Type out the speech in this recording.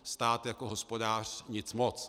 Stát jako hospodář nic moc.